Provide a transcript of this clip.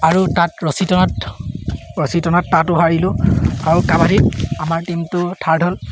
আৰু তাত ৰছী টনাত ৰছী টনাত তাতো হাৰিলোঁ আৰু কাবাডীত আমাৰ টীমটো থাৰ্ড হ'ল